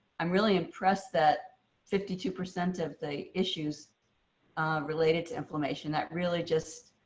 i'm really impressed that fifty two percent of the issues related to inflammation that really just